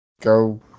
Go